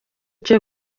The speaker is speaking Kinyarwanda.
cyo